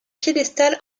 piédestal